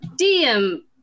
DM